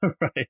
Right